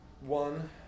one